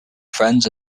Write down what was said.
friends